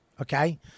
Okay